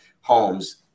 homes